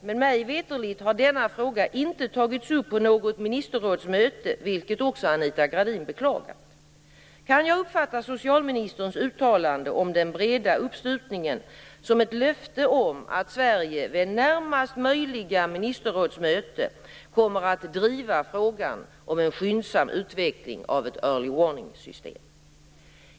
Men mig veterligen har denna fråga inte tagits upp på något ministerrådsmöte, vilket också Anita Gradin beklagar. Kan jag uppfatta socialministerns uttalande om den breda uppslutningen som ett löfte om att Sverige vid närmast möjliga ministerrådsmöte kommer att driva frågan om en skyndsam utveckling av ett Early warning system?